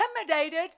intimidated